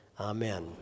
Amen